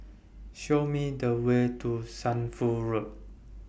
Show Me The Way to Shunfu Road